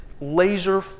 laser